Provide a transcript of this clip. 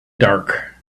dark